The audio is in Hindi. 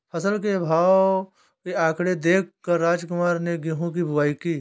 फसल के भाव के आंकड़े देख कर रामकुमार ने गेहूं की बुवाई की